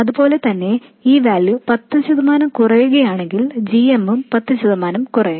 അതുപോലെ തന്നെ ഈ വാല്യൂ 10 ശതമാനം കുറയുകയാണെങ്കിൽ g m ഉം 10 ശതമാനം കുറയും